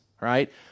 right